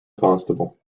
constable